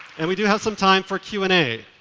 and we do have some time for q and a.